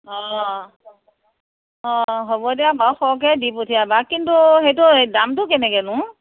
অঁ অঁ অঁ হ'ব দিয়া বাৰু সৰহকৈয়ে দি পঠিয়াবা কিন্তু সেইটো সেই দামটো কেনেকৈনো